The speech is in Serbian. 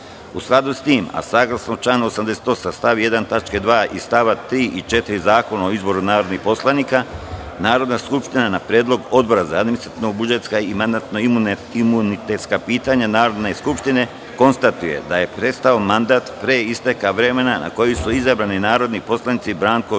skladu s tim, a saglasno članu 88. stav 1. tačka 2. i st. 3. i 4. Zakona o izboru narodnih poslanika, Narodna skupština, na predlog Odbora za administrativno-budžetska i mandatno-imunitetska pitanja Narodne skupštine, konstatuje da je prestao mandat, pre isteka vremena na koji su izabrani, narodnim poslanicima Branku